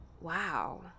Wow